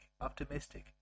optimistic